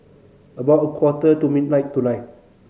about a quarter to midnight tonight